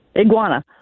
iguana